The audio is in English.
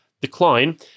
decline